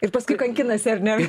ir paskui kankinasi ar ne